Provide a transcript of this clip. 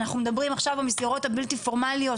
אנחנו מדברים עכשיו במסגרות הבלתי פורמליות,